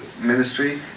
ministry